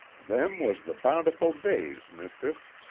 them was the bountiful days, mistiss,